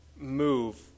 move